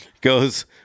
goes